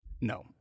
No